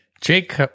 Jake